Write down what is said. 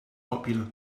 popular